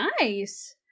Nice